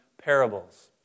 parables